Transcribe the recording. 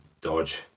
dodge